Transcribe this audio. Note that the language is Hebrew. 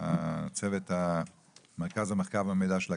מהצוות של מרכז המחקר והמידע של הכנסת.